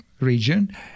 region